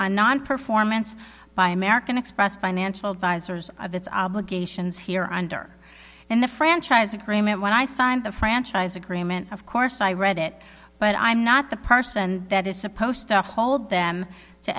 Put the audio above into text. on non performance by american express financial advisors of its obligations here under in the franchise agreement when i signed the franchise agreement of course i read it but i'm not the person that is supposed to hold them to